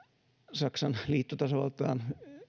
saksan liittotasavaltaan